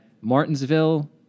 Martinsville